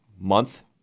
month